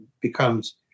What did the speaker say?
becomes